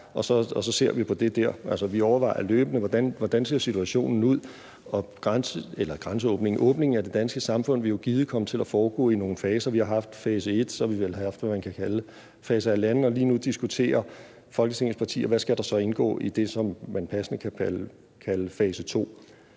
og så ser vi på det der. Altså, vi overvejer løbende, hvordan situationen ser ud. Og åbningen af det danske samfund vil jo givet komme til at foregå i nogle faser. Vi har haft fase et, og så har vi vel haft, hvad man kan kalde fase halvanden, og lige nu diskuterer Folketingets partier, hvad der så skal indgå i det, som man passende kan kalde fase